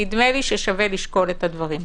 נדמה לי ששווה לשקול את הדברים.